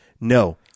No